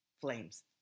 flames